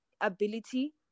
ability